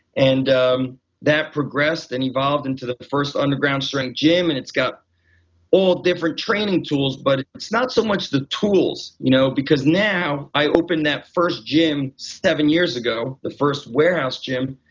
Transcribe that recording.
and um that progressed and evolved into the the first underground strength gym and it's got all different training tools. but it's not so much the tools, you know because now i opened that first gym seven years ago, the first warehouse gym,